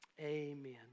amen